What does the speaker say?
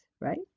Right